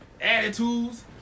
Attitudes